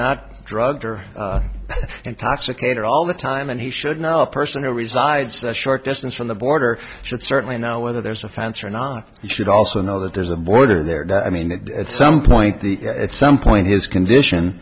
not drugged or intoxicated all the time and he should know a person who resides a short distance from the border should certainly know whether there's a fence or not you should also know that there's a border there i mean some point the at some point his condition